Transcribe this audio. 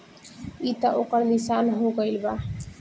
ई त ओकर निशान हो गईल बा